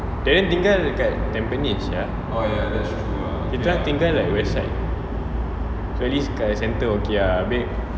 ryan tinggal kat tampines sia kita orang tinggal kat west side so at least kat centre okay ah abeh